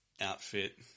outfit